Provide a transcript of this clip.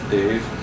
Dave